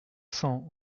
cents